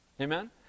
Amen